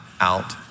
out